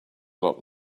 lot